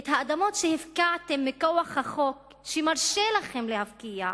את האדמות שהפקעתם מכוח החוק שמרשה לכם להפקיע.